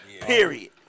Period